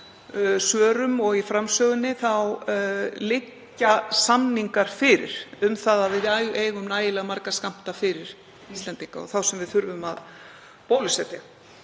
mínum og í framsögunni liggja fyrir samningar um að við eigum nægilega marga skammta fyrir Íslendinga og þá sem við þurfum að bólusetja.